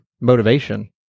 motivation